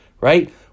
right